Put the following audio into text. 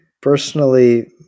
personally